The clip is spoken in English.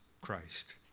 Christ